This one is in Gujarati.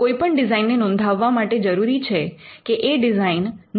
કોઈપણ ડિઝાઇનને નોંધાવવા માટે જરૂરી છે કે એ ડિઝાઇન નવી અને મૌલિક હોવી જોઈએ